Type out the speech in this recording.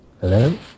Hello